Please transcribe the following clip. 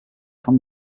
von